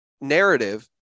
narrative